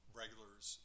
regulars